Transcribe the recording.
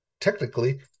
technically